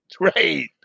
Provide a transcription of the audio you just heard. Right